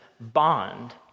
bond